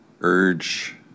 urge